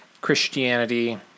Christianity